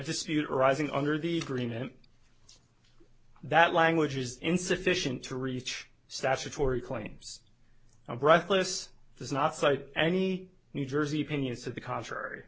dispute arising under the agreement that language is insufficient to reach statutory claims breathless does not cite any new jersey opinions to the contrary